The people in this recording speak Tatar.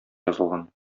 язылган